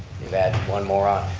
they've added one more on.